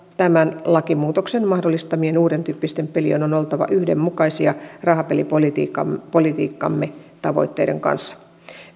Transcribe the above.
tämän lakimuutoksen mahdollistamien uudentyyppisten pelien on oltava yhdenmukaisia rahapelipolitiikkamme tavoitteiden kanssa